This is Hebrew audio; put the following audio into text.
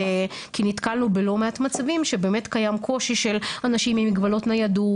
כי נתקלנו בלא מעט מצבים שבאמת קיים קושי של אנשים עם מגבלות ניידות